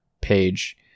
page